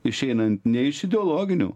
išeinant ne iš ideologinių